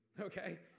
Okay